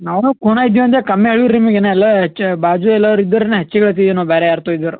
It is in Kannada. ನಾವು ನಾವು ಖೂನ ಇದ್ದೇವಂದೆ ಕಮ್ಮಿ ಹೇಳಿರ್ ರೀ ನಿಮಗಿನ್ನ ಅಲ್ಲ ಹೆಚ್ಚು ಬಾಜು ಎಲ್ಲರ್ ಇದ್ದೊರಿಗೆ ನಾ ಹೆಚ್ಚಿಗ್ ಹೇಳ್ತೀವ ನಾವು ಬೇರೆ ಯಾರ್ತವ ಇದ್ದರು